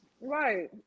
Right